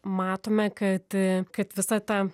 matome kad kad visa ta